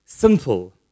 Simple